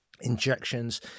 injections